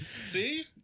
See